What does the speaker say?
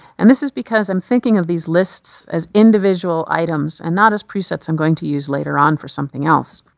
and this is because i'm thinking of these lists as individual items and not as presets i'm going to use later on for something else.